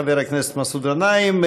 חבר הכנסת מסעוד גנאים.